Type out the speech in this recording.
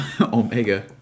Omega